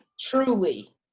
Truly